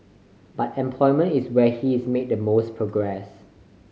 but employment is where he's made the most progress